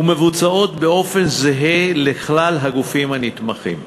ומבוצעות באופן זהה לכלל הגופים הנתמכים.